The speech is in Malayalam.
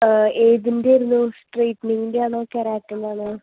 ആ ഏതിൻ്റെ ആയിരുന്നു സ്ട്രൈറ്റനിംങ്ങ്ൻ്റെ ആണോ കെരാറ്റിൻ ആണോ